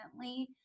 recently